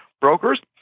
brokers